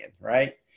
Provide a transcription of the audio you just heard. right